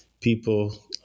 people